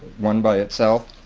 one by itself.